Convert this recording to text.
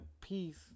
peace